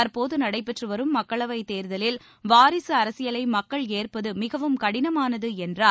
தற்போது நடடபெற்றுவரும் மக்களவைத் தேர்தலில் வாரிசு அரசியலை மக்கள் ஏற்பது மிகவும் கடனமானது என்றார்